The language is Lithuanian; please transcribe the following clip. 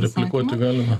replikuoti galima